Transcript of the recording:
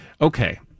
Okay